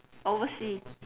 oversea